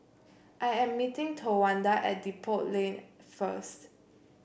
I am meeting Towanda at Depot Lane first